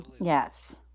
yes